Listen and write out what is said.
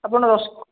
ଆପଣ ରସ